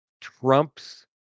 trumps